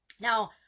Now